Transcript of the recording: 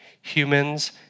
humans